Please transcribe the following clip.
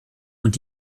und